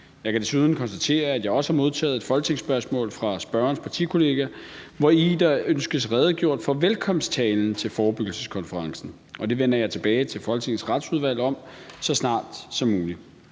Jeg kan desuden konstatere, at jeg også har modtaget et folketingsspørgsmål fra spørgerens partikollega, hvori der ønskes redegjort for velkomsttalen til forebyggelseskonferencen, og det vender jeg tilbage til Folketingets Retsudvalg om så snart som muligt.